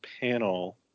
panel